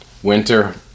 winter